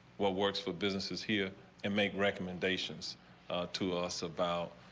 what works for businesses here and make recommendations to us about.